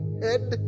head